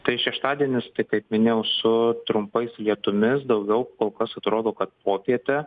tai šeštadienis tai kaip minėjau su trumpais lietumis daugiau kol kas atrodo kad popietę